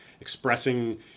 expressing